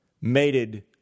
mated